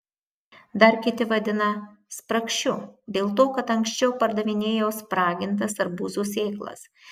dar kiti vadina spragšiu dėl to kad anksčiau pardavinėjau spragintas arbūzų sėklas